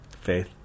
Faith